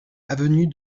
avenue